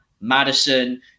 Madison